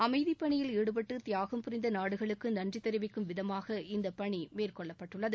அமைதிப்பணியில் ஈடுபட்டு தியாகம் புரிந்த நாடுகளுக்கு நன்றி தெரிவிக்கும் விதமாக இந்தப்பணி மேற்கொள்ளப்பட்டுள்ளது